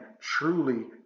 truly